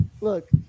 Look